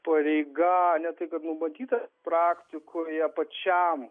pareiga ne tai numatyta praktikoje pačiam